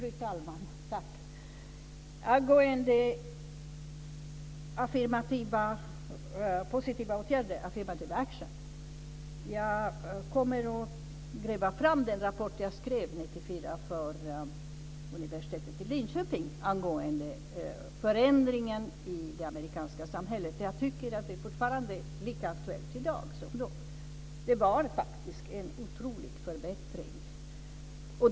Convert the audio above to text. Fru talman! Angående affirmative actions, positiva åtgärder, kommer jag att gräva fram den rapport som jag skrev 1994 för universitetet i Linköping angående förändringen i det amerikanska samhället. Jag tycker att det är lika aktuellt i dag som då. Det var faktiskt en otrolig förbättring.